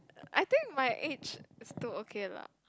I think my age still okay lah